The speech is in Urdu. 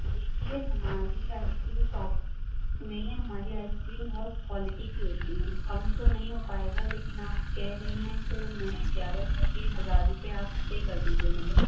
دیکھیے ہماری آئس کریم شاپ نہیں ہے ہماری آئس کریم بہت کوالٹی کی ہوتی ہے کم تو نہیں ہو پائے گا لیکن آپ کہہ رہی ہیں تو میں گیارہ سو کے ہزار روپے آپ پے کر دیجیے مجھے